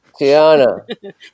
Tiana